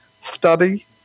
study